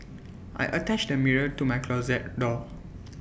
I attached A mirror to my closet door